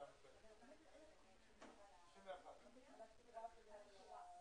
בהפסקה הצלחנו להתקרב בנוסחים,